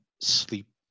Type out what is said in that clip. sleep